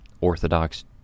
Orthodox